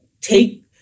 take